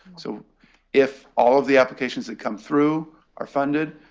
so if all of the applications that come through are funded,